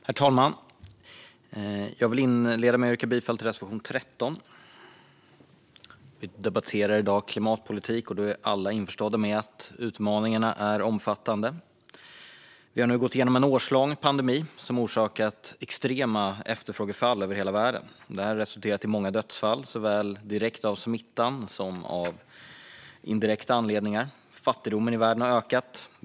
Herr talman! Jag vill inleda med att yrka bifall till reservation 13. Vi debatterar i dag klimatpolitik. Alla är införstådda med att utmaningarna är omfattande. Vi har nu gått igenom en årslång pandemi, som orsakat extrema efterfrågefall över hela världen. Detta har resulterat i många dödsfall såväl som en direkt följd av smittan som av indirekta anledningar. Fattigdomen i världen har ökat.